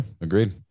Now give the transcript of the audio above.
agreed